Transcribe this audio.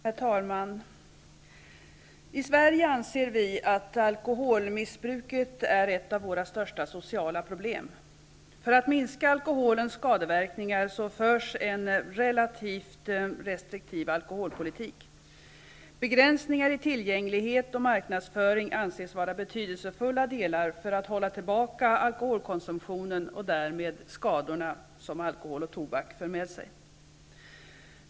Herr talman! I Sverige anser vi att alkoholmissbruket är ett av våra största sociala problem. För att minska alkoholens skadeverkningar förs en relativt restriktiv alkoholpolitik. Begränsningar i tillgänglighet och marknadsföring anses vara betydelsefulla delar för att hålla tillbaka alkoholkonsumtionen och därmed de skador som alkohol och tobak för med sig.